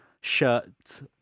shirts